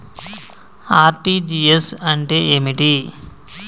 RTGS అంటే ఏమిటి?